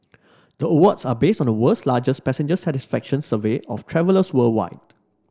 the awards are based on the world's largest passenger satisfaction survey of travellers worldwide